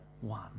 one